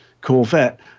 Corvette